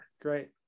Great